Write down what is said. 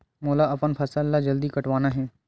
मोला अपन फसल ला जल्दी कटवाना हे?